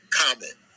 comment